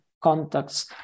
contacts